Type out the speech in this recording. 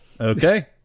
Okay